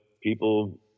people